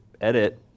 edit